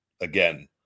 again